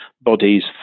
bodies